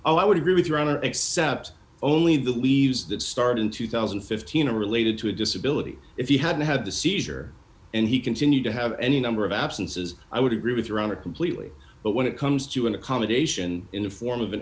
oh i would agree with your honor except only the leaves that start in two thousand and fifteen are related to a disability if you hadn't had the seizure and he continued to have any number of absences i would agree with your honor completely but when it comes to an accommodation in the form of an